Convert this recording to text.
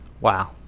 Wow